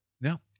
No